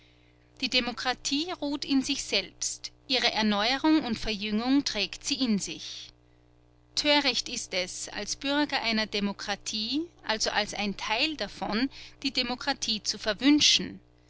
die demokratie ruht in sich selbst ihre erneuerung und verjüngung trägt sie in sich töricht ist es als bürger einer demokratie also als ein teil davon die demokratie zu verwünschen